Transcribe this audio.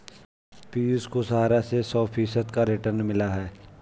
पियूष को सहारा से सौ फीसद का रिटर्न मिला है